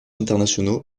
internationaux